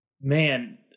man